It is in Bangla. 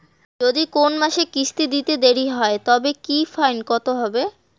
যদি কোন মাসে কিস্তি দিতে দেরি হয় তবে কি ফাইন কতহবে?